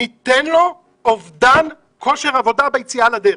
ניתן לו אובדן כושר עבודה ביציאה לדרך.